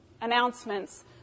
Announcements